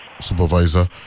Supervisor